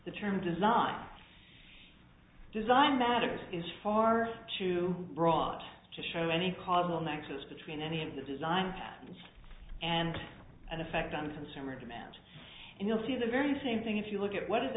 the term design design matters is far too brought to show any causal nexus between any of the design and an effect on the consumer demand and you'll see the very same thing if you look at what